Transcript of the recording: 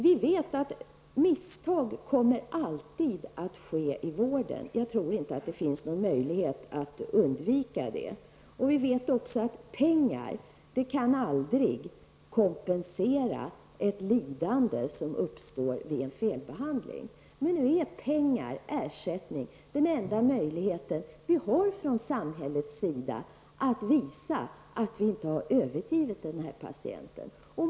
Vi vet att misstag alltid kommer att ske i vården. Jag tror inte att det finns någon möjlighet att undvika det. Vi vet också att pengar aldrig kan kompensera ett lidande som uppstår vid felbehandling. Pengar är dock den enda möjligheten vi har från samhällets sida att visa att vi inte har övergivit dessa patienter.